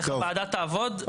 איך הוועדה תעבוד,